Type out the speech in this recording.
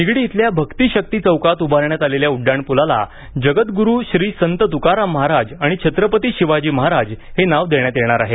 निगडी इथल्या भक्ती शक्ती चौकात उभारण्यात आलेल्या उड्डाणपुलाला जगदगुरु श्री संत तुकाराम महाराज आणि छत्रपती शिवाजी महाराज हे नाव देण्यात येणार आहे